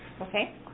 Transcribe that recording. Okay